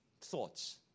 thoughts